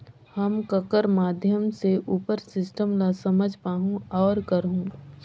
हम ककर माध्यम से उपर सिस्टम ला समझ पाहुं और करहूं?